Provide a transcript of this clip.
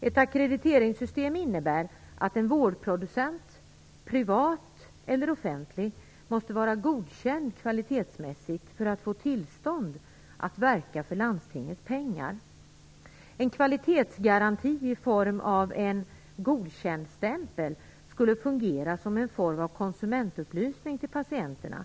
Ett ackrediteringssystem innebär att en vårdproducent, privat eller offentlig, måste vara kvalitetsmässigt godkänd för att få tillstånd att verka för landstingets pengar. En kvalitetsgaranti i form av en godkändstämpel skulle fungera som en form av konsumentupplysning till patienterna.